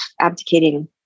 abdicating